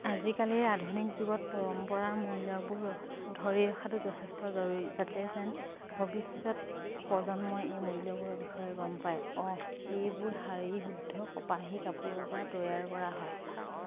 আজিকালিৰ আধুনিক যুগত পৰম্পৰাৰ মূল্যবোৰ ধৰি ৰখাটো যথেষ্ট জৰুৰী যাতে যেন ভৱিষ্যত প্ৰজন্মই এই মূল্যবোৰৰ বিষয়ে গম পায় অহ সেইবোৰ শাৰী শুদ্ধ কপাহী কাপোৰৰ পৰা তৈয়াৰ কৰা হয়